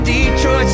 Detroit